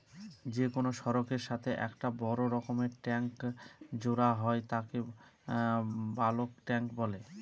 যে কোনো সড়কের সাথে একটা বড় রকমের ট্যাংক জোড়া হয় তাকে বালক ট্যাঁক বলে